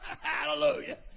Hallelujah